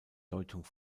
deutung